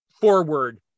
forward